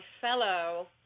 fellow